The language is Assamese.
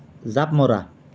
জাঁপ মৰা